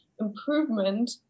improvement